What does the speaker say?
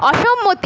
অসম্মতি